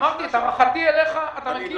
את הערכתי אליך אתה מכיר.